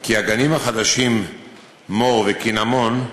כי הגנים החדשים "מור" ו"קינמון"